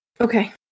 Okay